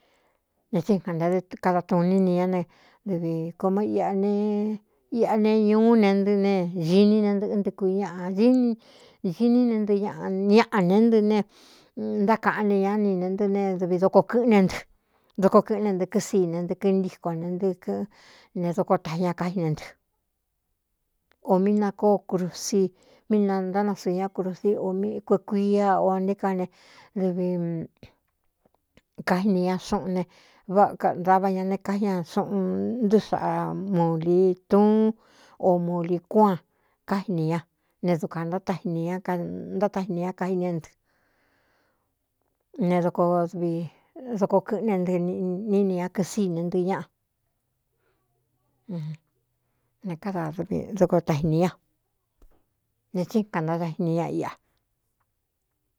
Ne tsíkān nté ɨ́ kada tuu ní ni ñá ne dɨvi komo an iꞌa ne ñuú ne ntɨ ne giní ne ntɨ̄ꞌɨ́ ntɨ kui ñaꞌa ɨ iní ne ntɨ ññaꞌa ne ntɨ ne ntákaꞌan ne ñá ni ne ntɨ́ ne dɨvi doko kɨ̄ꞌɨ́n é ntɨ doko kɨ̄ꞌɨn né ntɨ kɨ síi ne ntɨɨ kɨ ntíkon ne ntɨ kɨꞌɨ ne doko tai ña kájí né ntɨ ō mí nakóo krusi mí na ntánasɨ̄ɨ ñá krusí o mí kuekuia o ntií ka ne dɨvi kaini ña xuꞌun ne ꞌdava ña ne kái ña xuꞌun ntú saꞌa muli túún o muli cúan káinī ña ne dukuān nántátajini ñá kaí né nɨ ne doko dvi dokoo kɨ̄ꞌɨ́n né ntɨ ní ni ña kɨ síi ne ntɨ ñaꞌan adadvdoko taini ña ne tsíkan nátajini ña iꞌa.